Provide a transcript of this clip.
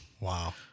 Wow